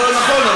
נכון,